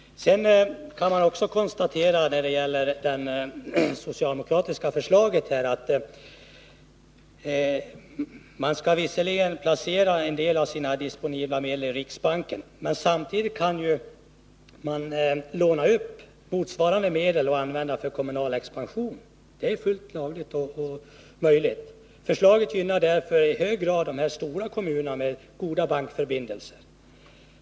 Sedan kan man, när det gäller det socialdemokratiska förslaget, också konstatera att en del av de disponibla medlen visserligen skall placeras i riksbanken, men samtidigt kan motsvarande medel lånas upp och användas till kommunal expansion. Det är fullt lagligt och möjligt. Förslaget gynnar därför i hög grad de stora kommunerna med goda bankförbindelser.